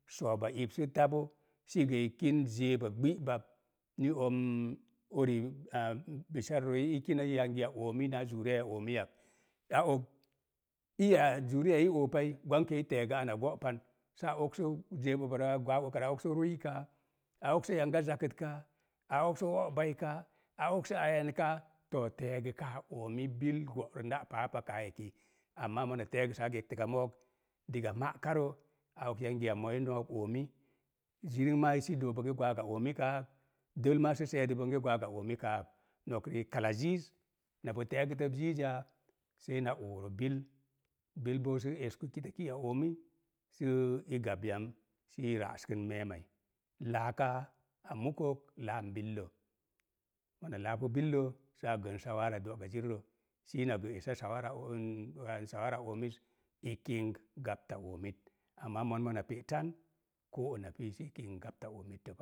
Sooba iip sə tabo, səgə i kin zəəba gbi'bab ni om m ori aam bishararə rooi i kinə yangiya oomii naa zuriyaiya oomiiyak. A og, iya zuriyai oopai gwankə i te̱e̱gə ana go̱ pan, saa okso zeeb obarə gwaak okarə saa okso rui ka, a okso yanga zakət kaa, a okso o̱ bai ka, a okso aiyan kaa, to, te̱e̱gəkaa oomi bil go̱'rə na paa pale aa eki, amma mona te̱e̱gəsaa gəktə ka mo̱o̱k diga ma'karə, a og yangiya mo̱o̱i i no̱o̱k oomi, ziri maa sə i dak kaa ak, dəl maa sə se̱e̱dək bonge gwaaga oomikaa ak. Nole riik kala ziiz nabo te̱e̱gətə ziiz ya sei na ooro bil, bil boo sə esku kitaki'a oomii sə i gap yam, sə i ra'askən me̱e̱mai. Laaka a mukok laam billə, mona laapu billə saa gən shawaara do̱ gazirirə sə ina gə esa shawaare em shawaaraa oomiz, i kink gapta oomit. Amma mo̱n mona pe tan koo ona pii sə i kink gapta oomittə pa.